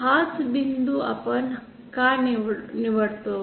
हाच बिंदू आपण का निवडतो